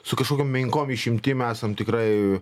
su kažkokiom menkom išimtim esam tikrai